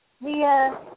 via